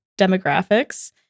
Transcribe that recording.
demographics